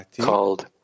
called